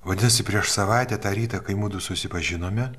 vadinasi prieš savaitę tą rytą kai mudu susipažinome